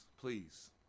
please